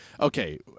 okay